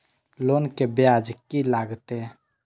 Loan के ब्याज की लागते?